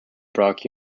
brock